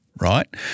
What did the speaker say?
right